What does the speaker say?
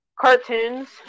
cartoons